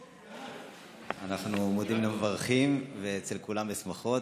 אנחנו מודים ומברכים, ואצל כולם בשמחות.